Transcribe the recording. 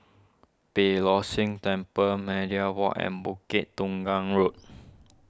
Beeh Low See Temple Media Walk and Bukit Tunggal Road